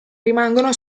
rimangono